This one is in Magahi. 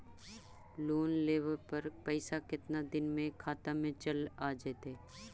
लोन लेब पर पैसा कितना दिन में खाता में चल आ जैताई?